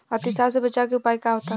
अतिसार से बचाव के उपाय का होला?